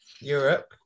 europe